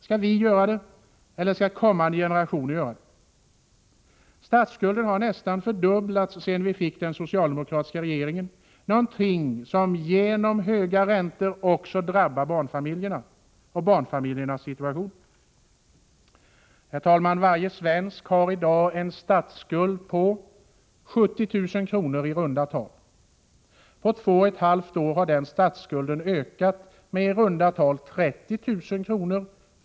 Skall vi göra det eller skall kommande generationer göra det? Statsskulden har nästan fördubblats, sedan vi fick en socialdemokratisk regering, någonting som genom höga räntor också drabbar barnfamiljerna. Herr talman! Varje svensk har i dag en statsskuld på i runda tal 70 000 kr. På 2,5 år har den statsskulden ökat med i runda tal 30 000 kr.